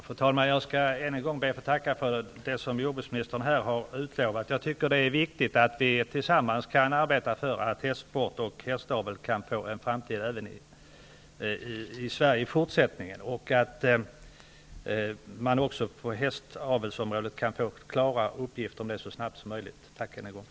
Fru talman! Jag tackar än en gång för det som jordbruksministern här har utlovat. Det är viktigt att vi tillsammans kan arbeta för att hästsport och hästavel även i fortsättningen kan få ha en framtid i Sverige. Det är också viktigt att man inom hästavelsområdet så snabbt som möjligt kan få klara uppgifter.